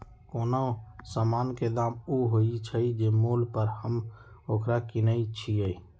कोनो समान के दाम ऊ होइ छइ जे मोल पर हम ओकरा किनइ छियइ